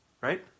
right